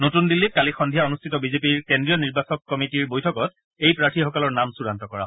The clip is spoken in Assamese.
নতুন দিল্লীত কালি সন্ধিয়া অনুষ্ঠিত বিজেপিৰ কেন্দ্ৰীয় নিৰ্বাচন কমিটিৰ বৈঠকত এই প্ৰাৰ্থীসকলৰ নাম চূড়ান্ত কৰা হয়